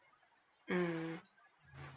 mm